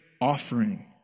offering